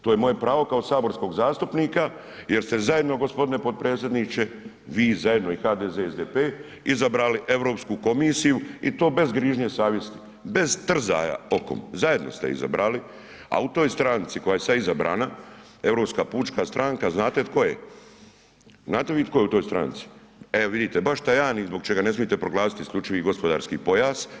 To je moje pravo kao saborskog zastupnika jel ste zajedno gospodine potpredsjedniče vi zajedno i HDZ i SDP izabrali Europsku komisiju i to bez grižnje savjesti, bez trzaja okom, zajedno ste izabrali a u toj stranci koja je sada izabrana Europska pučka stranka, znate tko je, znate vi tko je u toj stranci, e vidite baš Tajani zbog čega ne smijete proglasiti isključivi gospodarski pojas.